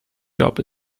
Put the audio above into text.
job